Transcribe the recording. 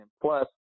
plus